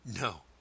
No